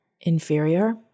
inferior